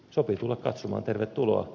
sopii tulla katsomaan tervetuloa